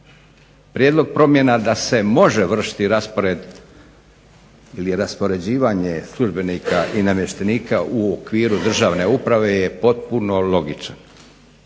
Prijedlog promjena da se može vršiti raspored ili raspoređivanje službenika i namještenika u okviru državne uprave je potpuno logičan